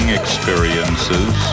experiences